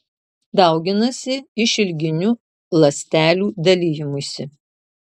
dauginasi išilginiu ląstelių dalijimusi